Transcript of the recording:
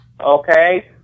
okay